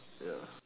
ya